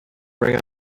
rang